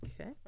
Okay